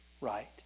right